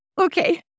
okay